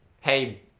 Hey